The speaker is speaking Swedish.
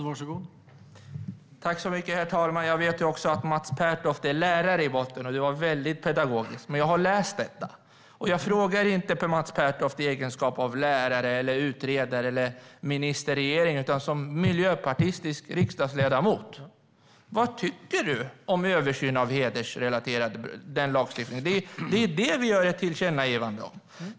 Herr talman! Jag vet att Mats Pertoft är lärare i botten, och detta var mycket pedagogiskt. Jag har läst reservationen, och jag frågar inte Mats Pertoft i hans egenskap av lärare, utredare eller minister i regeringen utan i hans egenskap av miljöpartistisk riksdagsledamot. Vad tycker du, Mats Pertoft, om en översyn av lagstiftningen om hedersrelaterade brott? Det är det som vi gör ett tillkännagivande om.